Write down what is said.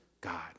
God